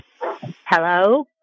Hello